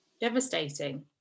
Devastating